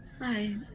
hi